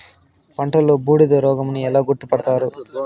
పంటలో బూడిద రోగమని ఎలా గుర్తుపడతారు?